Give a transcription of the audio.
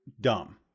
dumb